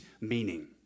meaning